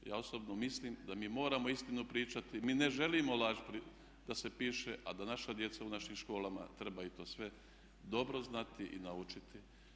Ja osobno mislim da mi moramo istinu pričati, mi ne želimo laž da se piše a da naša djeca u našim školama trebaju to sve dobro znati i naučiti.